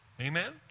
Amen